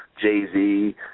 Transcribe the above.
Jay-Z